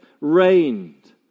reigned